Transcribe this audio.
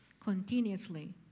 continuously